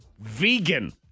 vegan